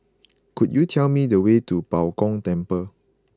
could you tell me the way to Bao Gong Temple